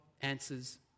answers